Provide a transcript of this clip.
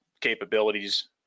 capabilities